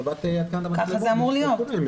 כך זה אמור להיות.